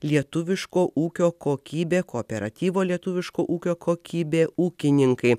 lietuviško ūkio kokybė kooperatyvo lietuviško ūkio kokybė ūkininkai